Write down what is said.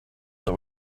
that